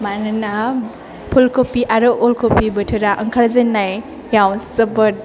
मानोना फुलकभि आरो अलकभि बोथोरा ओंखारजेन्नायाव जोबोद